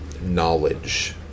knowledge